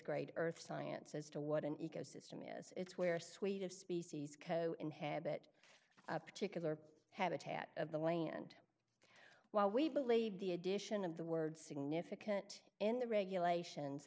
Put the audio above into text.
grade earth science as to what an ecosystem is it's where suite of species co inhabit a particular habitat of the land while we believe the addition of the word significant in the regulations